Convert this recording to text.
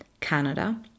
Canada